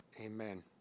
Amen